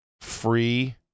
free